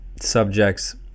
Subjects